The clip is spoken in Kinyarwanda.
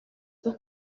bwo